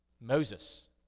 Moses